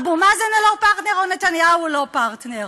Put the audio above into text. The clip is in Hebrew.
אבו מאזן לא פרטנר או נתניהו לא פרטנר?